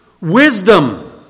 wisdom